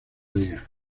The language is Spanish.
día